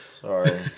Sorry